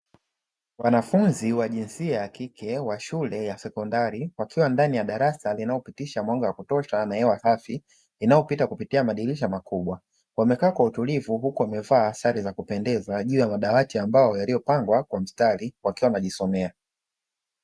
Wanafunzi wa jinsia ya kike wa shule ya sekondari, wakiwa ndani ya darasa linalopitisha mwanga wa kutosha na hewa safi inayopita kupitia madirisha makubwa. Wamekaa kwa utulivu huku wamevaa sare za kupendeza juu ya madawati ya mbao, yaliyopangwa kwa mstari wakiwa wanajisomea.